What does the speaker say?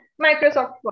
Microsoft